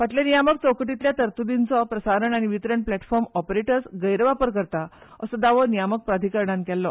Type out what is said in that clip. फाटल्या नियामक चौकटीतल्या तर्तुदिंचो प्रसारण आनी वितरण प्लॅटफोम ओपरेटर्स गैरवापर करता असो दावो नियामक प्राधिकरणान केल्लो